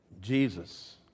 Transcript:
Jesus